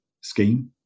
scheme